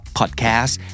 podcast